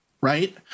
right